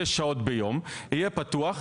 שש שעות ביום יהיה פתוח,